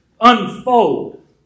unfold